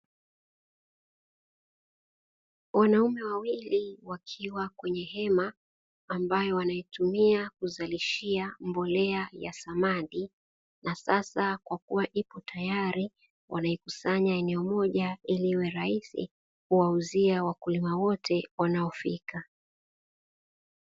Wanaume wawili wakiwa kwenye hema, ambayo wanaitumia kuzalishia mbolea ya samadi, na sasa kwa kuwa ipo tayari, wanaikusanya eneo moja ili iwe rahisi, kuwauzia wakulima wote wanaofika.